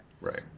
Right